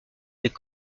des